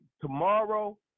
tomorrow